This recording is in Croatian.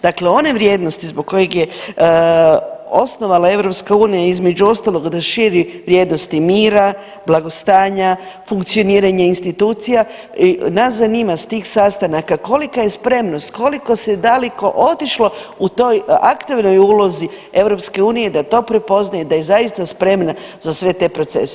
Dakle, one vrijednosti zbog kojeg je osnovana EU između ostalog da širi vrijednosti mira, blagostanja, funkcioniranja institucija i nas zanima s tih sastanaka kolika je spremnost, koliko se daleko otišlo u toj aktivnoj ulozi EU da to prepoznaje i da je zaista spremna za sve te procese.